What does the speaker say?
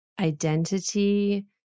identity